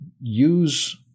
use